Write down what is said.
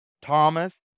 Thomas